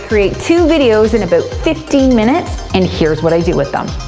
create two videos in about fifteen minutes and here's what i do with them.